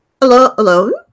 alone